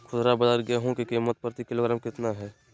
खुदरा बाजार गेंहू की कीमत प्रति किलोग्राम कितना है?